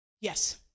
Yes